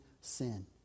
sin